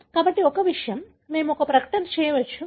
కాబట్టి ఒక విషయం మేము ఒక ప్రకటన చేయవచ్చు